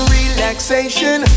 relaxation